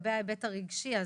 לגבי ההיבט הרגשי,